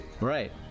right